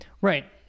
Right